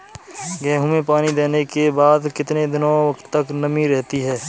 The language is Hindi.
गेहूँ में पानी देने के बाद कितने दिनो तक नमी रहती है?